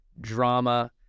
drama